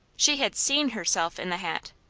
she had seen herself in the hat.